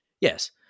Yes